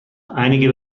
einige